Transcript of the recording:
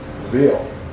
reveal